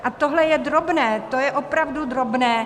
A tohle je drobné, to je opravdu drobné.